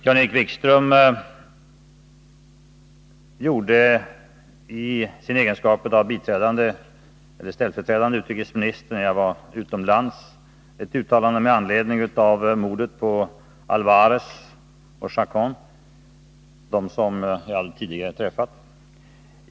Jan-Erik Wikström gjorde i sin egenskap av ställföreträdande utrikesminister när jag var utomlands ett uttalande med anledning av morden på Alvarez och Chacon, de båda som jag tidigare träffat.